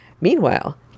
Meanwhile